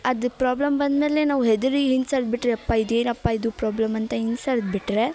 ಅದು ಪ್ರಾಬ್ಲಮ್ ಬಂದ್ಮೇಲೆ ನಾವು ಹೆದರಿ ಹಿಂದೆ ಸರಿದ ಬಿಟ್ರೆಯಪ್ಪ ಇದೇನಪ್ಪ ಇದು ಪ್ರಾಬ್ಲಮ್ ಅಂತ ಹಿಂದೆ ಸರಿದು ಬಿಟ್ಟರೆ